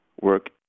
work